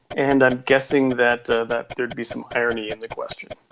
and i'm guessing that that there'd be some irony in the question